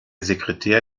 sekretär